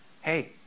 Hey